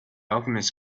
alchemists